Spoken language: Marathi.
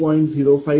0567